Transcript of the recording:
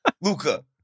Luca